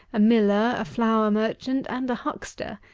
a miller, a flour merchant, and a huckster,